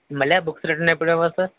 మళ్ళీ ఆ books return ఎప్పుడు ఇవ్వాలి సార్